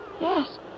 Yes